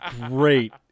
great